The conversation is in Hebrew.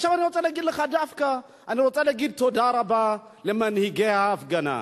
עכשיו אני רוצה להגיד דווקא תודה רבה למנהיגי ההפגנה,